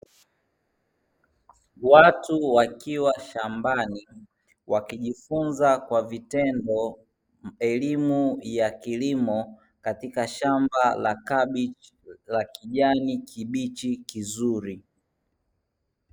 Watu wakiwa shambani wakijifunza kwa vitendo elimu ya kilimo katika shamba la kabichi la kijani kibichi kizuri.